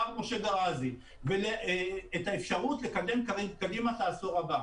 משה גראזי את האפשרות לקדם את העשור הבא.